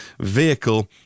vehicle